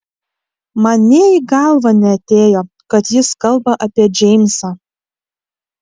man nė į galvą neatėjo kad jis kalba apie džeimsą